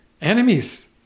enemies